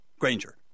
Granger